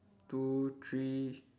two three